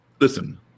Listen